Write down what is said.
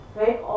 right